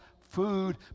food